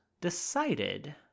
decided